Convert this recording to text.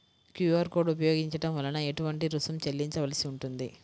QR code ఉపయోగించటం వలన ఏటువంటి రుసుం చెల్లించవలసి ఉంటుంది?